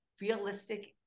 realistic